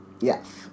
Yes